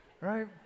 right